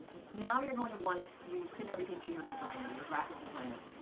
now you're going to wanna, so you send everything to your designer, your graphic designer.